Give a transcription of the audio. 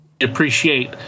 appreciate